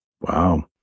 Wow